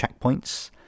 checkpoints